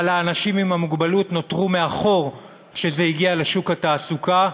אבל האנשים עם המוגבלות נותרו מאחור כשזה הגיע לשוק התעסוקה,